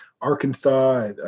Arkansas